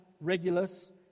Regulus